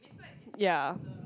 ya